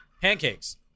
Pancakes